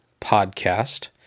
Podcast